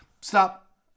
Stop